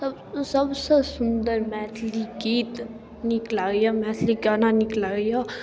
मतलब सबसँ सुन्दर मैथली गीत नीक लागैए मैथली गाना नीक लागैए